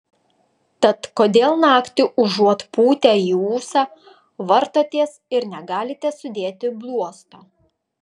tad kodėl naktį užuot pūtę į ūsą vartotės ir negalite sudėti bluosto